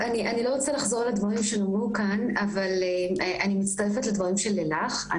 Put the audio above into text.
אני לא רוצה לחזור על הדברים שנאמרו כאן אבל אני מצטרפת לדבריה של לילך.